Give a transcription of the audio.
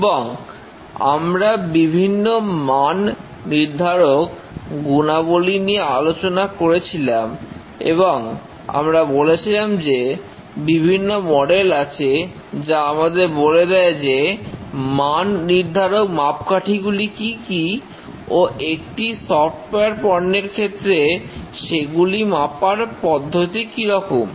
এবং আমরা বিভিন্ন মান নির্ধারক গুণাবলী নিয়ে আলোচনা করেছিলাম এবং আমরা বলেছিলাম যে বিভিন্ন মডেল আছে যা আমাদের বলে দেয় যে মান নির্ধারক মাপকাঠিগুলি কি কি ও একটি সফটওয়্যার পণ্যের ক্ষেত্রে সেগুলি মাপার পদ্ধতি কিরকম